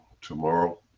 tomorrow